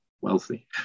wealthy